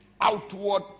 outward